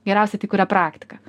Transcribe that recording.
geriausia tai kuria praktika